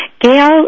Gail